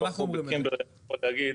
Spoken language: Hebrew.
לבחור מקימברלי אני יכול להגיד